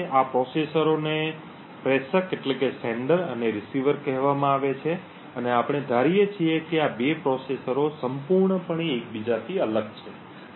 આ પ્રોસેસરોને પ્રેષક અને રીસીવર કહેવામાં આવે છે અને આપણે ધારીએ છીએ કે આ 2 પ્રોસેસરો સંપૂર્ણપણે એકબીજાથી અલગ છે